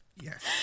Yes